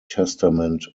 testament